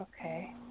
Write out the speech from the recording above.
okay